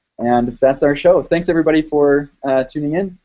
and that's our show. thanks, everybody, for tuning in.